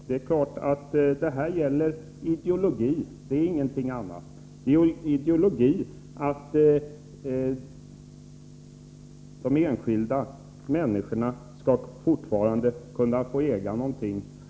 Herr talman! Det här handlar om ideologi och inget annat. Vår ideologi är att de enskilda människorna i vårt land fortfarande skall få äga någonting.